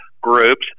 groups